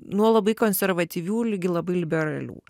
nuo labai konservatyvių ligi labai liberalių